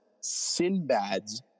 Sinbad's